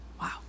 Wow